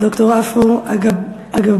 ד"ר עפו אגבאריה.